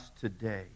today